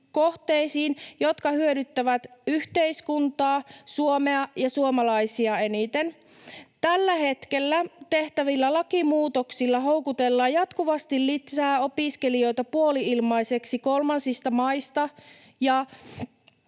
kohteisiin, jotka hyödyttävät yhteiskuntaa, Suomea ja suomalaisia eniten. Tällä hetkellä tehtävillä lakimuutoksilla houkutellaan jatkuvasti lisää opiskelijoita puoli-ilmaiseksi kolmansista maista, ja